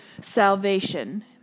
salvation